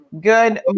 Good